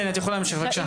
את יכולה להמשיך, בבקשה.